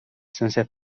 sense